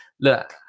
look